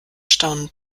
staunend